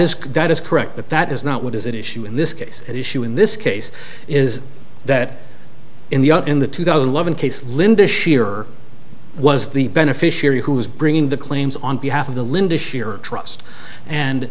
is that is correct but that is not what is an issue in this case at issue in this case is that in the uk in the two thousand and eleven case linda shearer was the beneficiary who was bringing the claims on behalf of the linda sheer trust